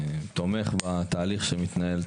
תומך בתהליך שמתנהל,